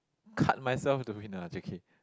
cut myself to win ah j_k